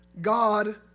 God